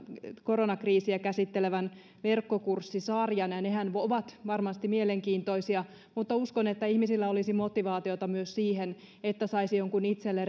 koronakriisiä käsittelevän verkkokurssisarjan ja ja nehän ovat varmasti mielenkiintoisia mutta uskon että ihmisillä olisi motivaatiota myös siihen että saisi jonkun itselle